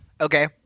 Okay